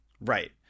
right